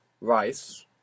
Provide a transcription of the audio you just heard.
rice